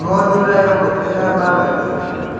मदुराइआव बोथोरा माबायदि